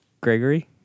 Gregory